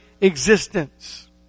existence